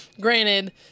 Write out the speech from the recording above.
Granted